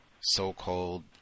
so-called